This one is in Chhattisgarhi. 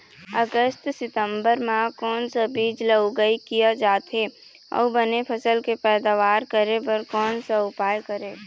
अगस्त सितंबर म कोन सा बीज ला उगाई किया जाथे, अऊ बने फसल के पैदावर करें बर कोन सा उपाय करें?